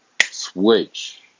switch